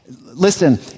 Listen